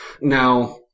Now